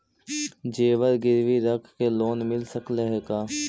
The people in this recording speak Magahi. जेबर गिरबी रख के लोन मिल सकले हे का?